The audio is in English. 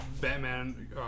Batman